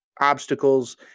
obstacles